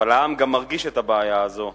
אבל העם גם מרגיש את הבעיה הזו.